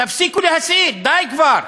תפסיקו להסית, די כבר.